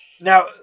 Now